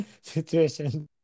situation